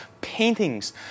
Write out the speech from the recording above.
paintings